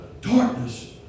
Darkness